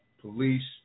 police